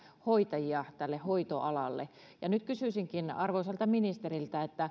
hoitajia hoitoalalle nyt kysyisinkin arvoisalta ministeriltä